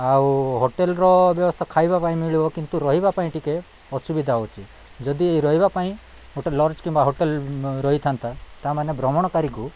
ଆଉ ହୋଟେଲ୍ର ବ୍ୟବସ୍ଥା ଖାଇବା ପାଇଁ ମିଳିବ କିନ୍ତୁ ରହିବା ପାଇଁ ଟିକେ ଅସୁବିଧା ହେଉଛି ଯଦି ରହିବା ପାଇଁ ଗୋଟେ ଲଜ୍ କିମ୍ବା ହୋଟେଲ୍ ରହିଥାନ୍ତା ତା'ମାନେ ଭ୍ରମଣକାରୀକୁ